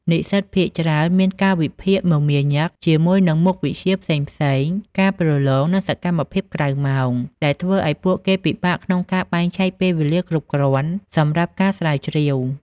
និស្សិតភាគច្រើនមានកាលវិភាគមមាញឹកជាមួយនឹងមុខវិជ្ជាផ្សេងៗ ការប្រឡង និងសកម្មភាពក្រៅម៉ោង ដែលធ្វើឱ្យពួកគេពិបាកក្នុងការបែងចែកពេលវេលាគ្រប់គ្រាន់សម្រាប់ការស្រាវជ្រាវ។